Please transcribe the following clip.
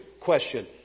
question